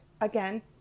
Again